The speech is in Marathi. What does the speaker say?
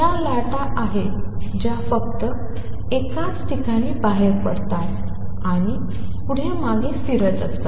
या लाटा आहेत ज्या फक्त एकाच ठिकाणी बाहेर पडतात आणि पुढे मागे फिरत असतात